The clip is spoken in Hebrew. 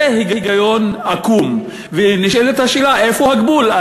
זה היגיון עקום, ונשאלת השאלה איפה הגבול.